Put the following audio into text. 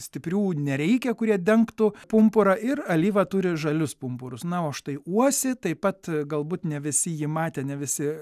stiprių nereikia kurie dengtų pumpurą ir alyva turi žalius pumpurus na o štai uosį taip pat galbūt ne visi jį matę ne visi